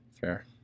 Fair